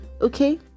Okay